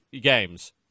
games